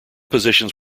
positions